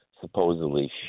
supposedly